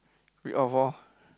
read off lor